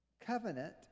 covenant